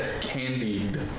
candied